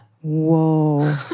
Whoa